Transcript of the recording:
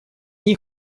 них